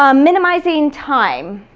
um minimizing time,